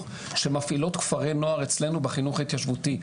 שמפעילות כפרי נוער אצלנו בחינוך ההתיישבותי.